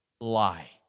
lie